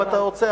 אם אתה רוצה,